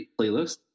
playlists